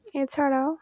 এছাড়াও